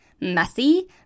messy